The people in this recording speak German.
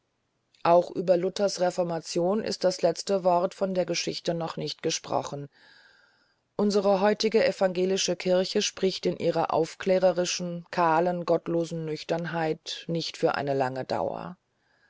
auch über luthers reformation ist das letzte urteil von der geschichte noch nicht gefällt unsere heutige evangelische kirche spricht in ihrer aufklärerischen kahlen gottlosen nüchternheit nicht für eine lange dauer